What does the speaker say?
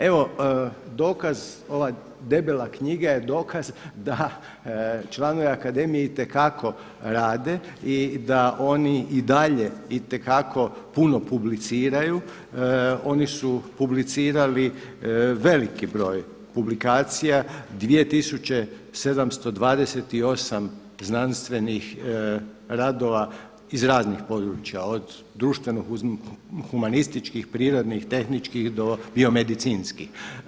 Evo dokaz, ova debela knjiga je dokaz da članovi akademije itekako rade i da oni i dalje itekako puno publiciraju, oni su publicirali veliki broj publikacija, 2728 znanstvenih radova iz raznih područja od društveno-humanističkih, prirodnih, tehničkih do bio-medicinskih.